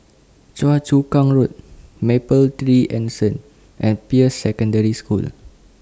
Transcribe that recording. Choa Chu Kang Road Mapletree Anson and Peirce Secondary School